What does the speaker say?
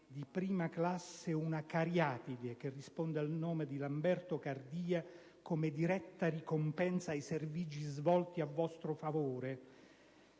di prima classe una cariatide, che risponde al nome di Lamberto Cardia, come diretta ricompensa per i servigi svolti a vostro favore